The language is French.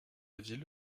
ville